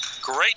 Great